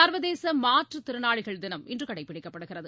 சா்வதேசமாற்றுத்திறனாளிகள் தினம் இன்றுகடைப்பிடிக்கப்படுகிறது